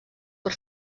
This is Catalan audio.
per